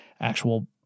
actual